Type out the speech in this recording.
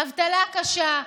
אבטלה קשה,